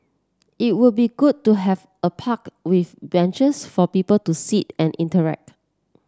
it would be good to have a park with benches for people to sit and interact